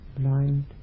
blind